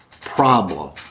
problem